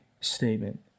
statement